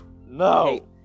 No